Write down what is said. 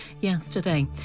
yesterday